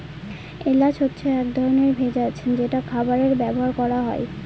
এলাচ হচ্ছে এক ধরনের ভেষজ যেটা খাবারে ব্যবহার করা হয়